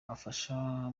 afasha